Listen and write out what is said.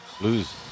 Lose